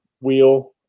wheel